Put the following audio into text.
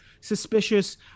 suspicious